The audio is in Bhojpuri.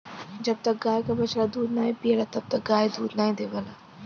जब तक गाय क बछड़ा दूध नाहीं पियला तब तक गाय दूध नाहीं देवला